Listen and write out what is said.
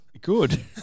Good